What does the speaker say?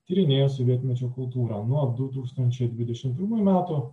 tyrinėjo sovietmečio kultūrą nuo du tūkstančiai dvidešimt pirmų metų